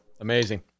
Amazing